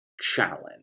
challenge